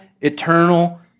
eternal